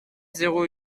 zéro